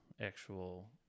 actual